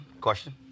question